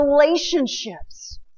relationships